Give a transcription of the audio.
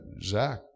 Zach